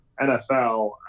nfl